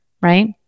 right